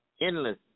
endless